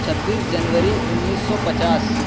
چھبیس جنوری انّیس سو پچاس